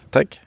Tack